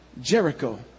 Jericho